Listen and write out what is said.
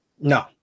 No